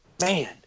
man